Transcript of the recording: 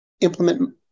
implement